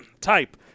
Type